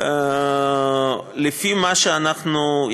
לפי מה שאנחנו,